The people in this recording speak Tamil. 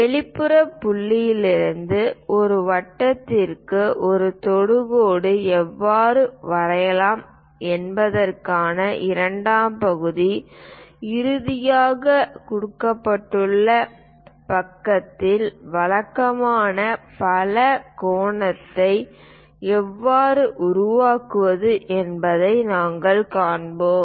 வெளிப்புற புள்ளியிலிருந்து ஒரு வட்டத்திற்கு ஒரு தொடுகோடு எவ்வாறு வரையலாம் என்பதற்கான இரண்டாம் பகுதி இறுதியாக கொடுக்கப்பட்ட பக்கத்தின் வழக்கமான பலகோணத்தை எவ்வாறு உருவாக்குவது என்பதை நாங்கள் காண்போம்